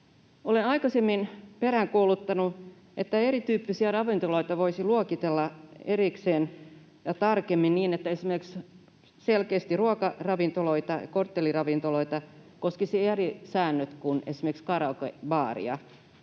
Olen aikaisemmin peräänkuuluttanut, että erityyppisiä ravintoloita voisi luokitella erikseen ja tarkemmin niin, että esimerkiksi ruokaravintoloita ja kortteliravintoloita koskisivat selkeästi eri säännöt kuin esimerkiksi karaokebaaria.